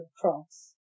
cross